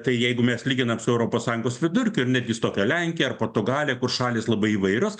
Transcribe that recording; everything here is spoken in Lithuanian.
tai jeigu mes lyginam su europos sąjungos vidurkiu ir netgi su tokia lenkija ar portugalija kur šalys labai įvairios